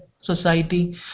society